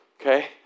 okay